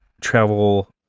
travel